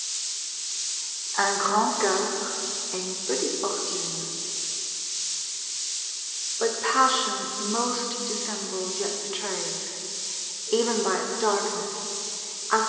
un grand coeur et une petite fortune